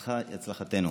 הצלחתך היא הצלחתנו.